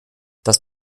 das